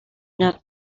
not